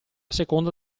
seconda